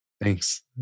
Thanks